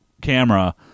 camera